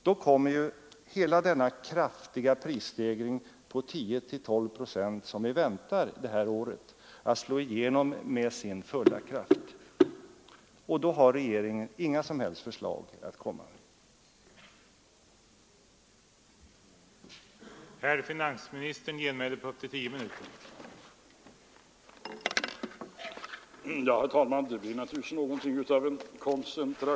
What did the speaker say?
Då kommer ju hela denna kraftiga prisstegring på 10—12 procent som vi väntar det här året att slå igenom med sin fulla kraft, och regeringen har inga som helst förslag att komma med.